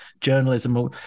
journalism